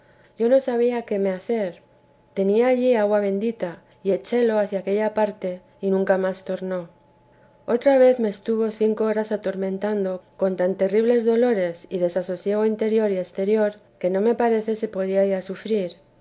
yo no sabía qué me hacer tenía allí agua bendita y échela hacia aquella parte y nunca más tornó otra vez me estuvo cinco horas atormentando con tan terribles dolores y desasosiego interior que no me parece se podía ya sufrir